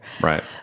Right